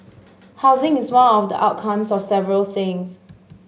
housing is one of the outcomes of several things